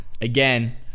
again